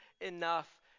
enough